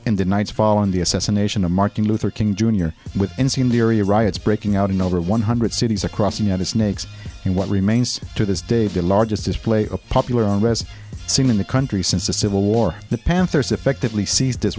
in the nights following the assassination of martin luther king jr with incendiary riots breaking out in over one hundred cities across the united snakes in what remains to this day the largest display of popular unrest seen in the country since the civil war the panthers effectively seized